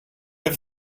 have